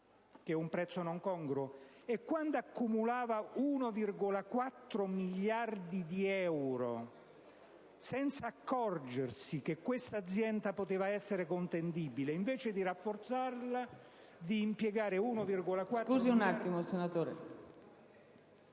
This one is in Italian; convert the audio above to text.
che è un prezzo non congruo? E quando Parmalat accumulava 1,4 miliardi di euro, senza accorgersi che questa azienda poteva essere contendibile, invece di rafforzarla e di impiegare queste risorse....